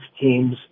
teams